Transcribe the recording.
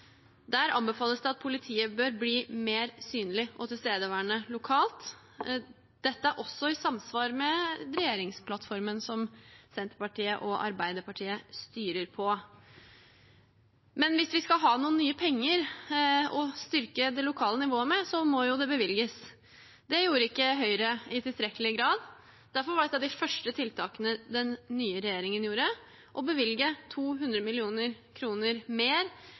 Der anbefales det at politiet bør bli mer synlig og tilstedeværende lokalt. Dette også i samsvar med den regjeringsplattformen som Senterpartiet og Arbeiderpartiet styrer på. Men hvis vi skal ha noen nye penger å styrke det lokale nivået med, må de bevilges. Det gjorde ikke Høyre i tilstrekkelig grad. Derfor var et av de første tiltakene den nye regjeringen gjorde, å bevilge 200 mill. kr mer